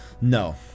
No